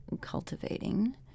cultivating